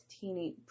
teenage